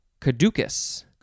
caducus